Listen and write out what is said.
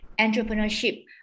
entrepreneurship